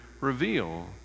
reveal